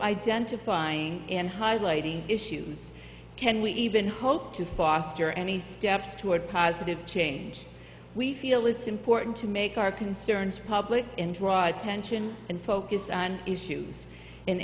identifying and highlighting issues can we even hope to foster any steps toward positive change we feel it's important to make our concerns public interop attention and focus on issues in